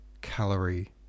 calorie